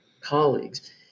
colleagues